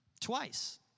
Twice